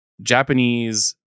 Japanese